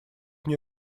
мне